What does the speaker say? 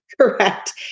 Correct